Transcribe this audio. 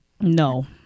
No